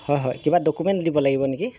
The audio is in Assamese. হয় হয় কিবা ডকুমেণ্ট দিব লাগিব নেকি